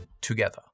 together